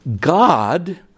god